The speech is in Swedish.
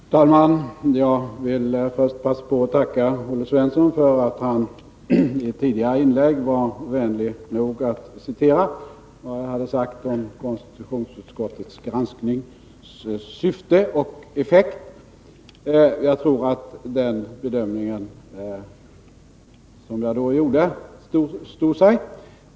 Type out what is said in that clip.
Herr talman! Jag vill först passa på att tacka Olle Svensson för att han i sitt tidigare inlägg var vänlig nog att citera vad jag har sagt om konstitutionsutskottets gransknings syfte och effekt. Jag tror att den bedömning som jag gjorde står sig.